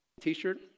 t-shirt